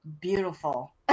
Beautiful